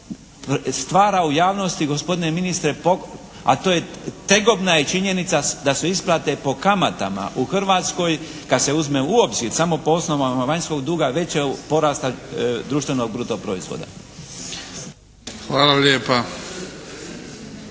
stvara u javnosti gospodine ministre, a to je, tegobna je činjenica da su isplate po kamatama. U Hrvatskoj kad se uzme u obzir samo po osnovama vanjskog duga veći je od porasta društvenog bruto proizvoda. **Bebić,